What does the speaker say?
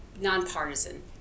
nonpartisan